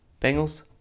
Bengals